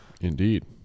Indeed